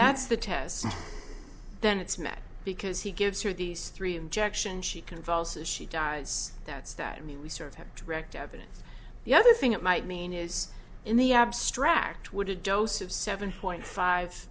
that's the test then it's met because he gives her these three injections she convulses she dies that's that i mean we sort of have direct evidence the other thing it might mean is in the abstract would a dose of seven point five